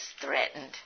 threatened